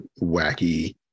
wacky